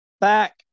back